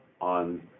on